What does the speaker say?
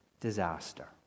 disaster